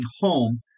home